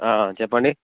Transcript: చెప్పండి